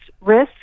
risk